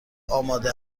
آماده